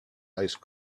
ice